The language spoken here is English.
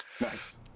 Nice